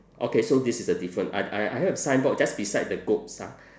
okay so this is the different I I I have signboard just beside the goats lah